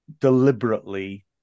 deliberately